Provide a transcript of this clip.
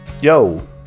Yo